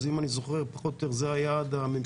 אם אני זוכר פחות או יותר זה היעד הממשלתי,